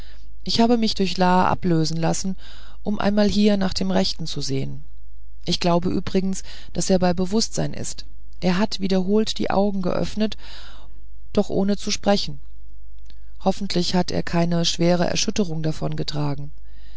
ich habe mich durch la ablösen lassen um einmal hier nach dem rechten zu sehen ich glaube übrigens daß er bei bewußtsein ist er hat wiederholt die augen geöffnet doch ohne zu sprechen hoffentlich hat er keine schwere erschütterung davongetragen